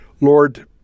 Lord